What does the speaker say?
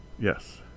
Yes